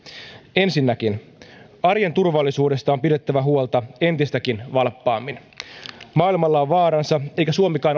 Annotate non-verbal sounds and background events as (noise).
ensinnäkin arjen turvallisuudesta on pidettävä huolta entistäkin valppaammin maailmalla on vaaransa eikä suomikaan (unintelligible)